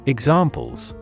Examples